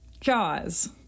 Jaws